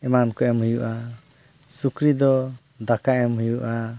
ᱮᱢᱟᱱ ᱠᱚ ᱮᱢ ᱦᱩᱭᱩᱜᱼᱟ ᱥᱩᱠᱨᱤ ᱫᱚ ᱫᱟᱠᱟ ᱮᱢ ᱦᱩᱭᱩᱜᱼᱟ